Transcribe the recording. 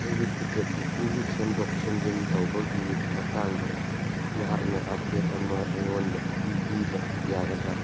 ꯑꯩꯒꯤ ticket booking ꯁꯦꯝꯗꯣꯛ ꯁꯦꯝꯖꯤꯟ ꯇꯧꯕꯒꯤ ꯃꯇꯥꯡꯗ ꯅꯍꯥꯛꯅ ꯑꯞꯗꯦꯠ ꯑꯃ ꯑꯩꯉꯣꯟꯗ ꯄꯤꯕꯤꯕ ꯌꯥꯒꯗ꯭ꯔꯥ